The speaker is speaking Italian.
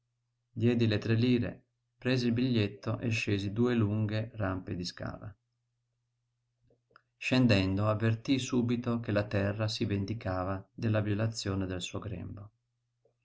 diedi le tre lire presi il biglietto e scesi due lunghe rampe di scala scendendo avvertii subito che la terra si vendicava della violazione del suo grembo